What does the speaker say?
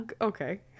okay